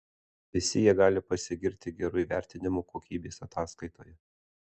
visi jie gali pasigirti geru įvertinimu kokybės ataskaitoje